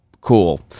cool